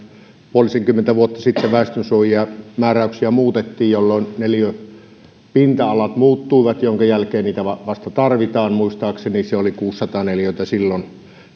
puolisenkymmentä vuotta sitten väestönsuojamääräyksiä muutettiin jolloin ne neliöpinta alat muuttuivat joiden jälkeen niitä vasta tarvitaan muistaakseni se oli kuusisataa neliötä silloin